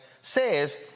says